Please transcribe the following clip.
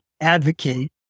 advocate